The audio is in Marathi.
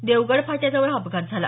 देवगड फाट्याजवळ हा अपघात झाला